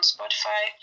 Spotify